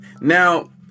Now